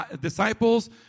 disciples